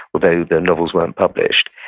ah though the novels weren't published.